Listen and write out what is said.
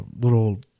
little